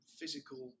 physical